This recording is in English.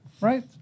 Right